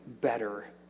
better